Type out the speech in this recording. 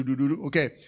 Okay